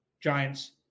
giants